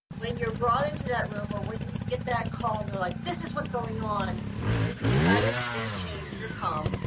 when you're brought into that room, or we can you get that call and they're like this is what's going on try to maintain your calm.